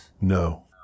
No